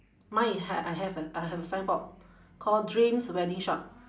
mine is ha~ I have a I have a signboard called dreams wedding shop